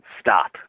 stop